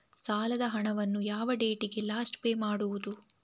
ಸಾಲದ ಹಣವನ್ನು ಯಾವ ಡೇಟಿಗೆ ಲಾಸ್ಟ್ ಪೇ ಮಾಡುವುದು?